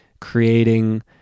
creating